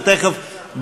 ותכף,